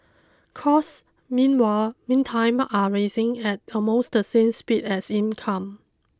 costs meanwhile meantime are raising at almost the same speed as income